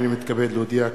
הנני מתכבד להודיע,